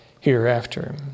hereafter